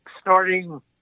starting